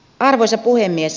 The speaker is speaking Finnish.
arvoisa puhemies